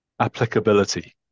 applicability